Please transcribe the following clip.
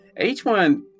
H1